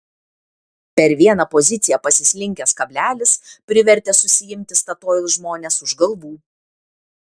per vieną poziciją pasislinkęs kablelis privertė susiimti statoil žmones už galvų